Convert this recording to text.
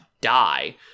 die